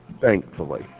thankfully